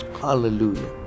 Hallelujah